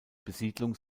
besiedlung